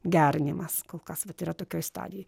gerinimas kol kas yra tokioj stadijoj